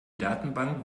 datenbank